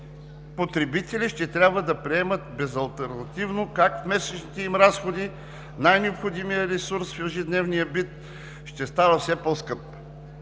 потребители ще трябва да приемат безалтернативно как месечните им разходи, най-необходимият ресурс в ежедневния бит, ще става все по-скъп.